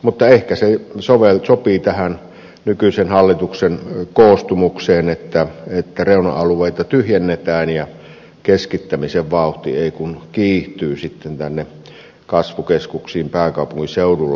mutta ehkä se sopii tähän nykyisen hallituksen koostumukseen että reuna alueita tyhjennetään ja keskittämisen vauhti ei kun kiihtyy sitten tänne kasvukeskuksiin pääkaupunkiseudulle